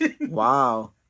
Wow